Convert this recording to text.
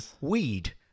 weed